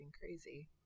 crazy